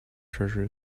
treasure